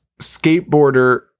skateboarder